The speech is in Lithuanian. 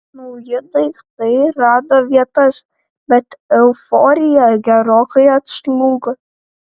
nauji daiktai rado vietas bet euforija gerokai atslūgo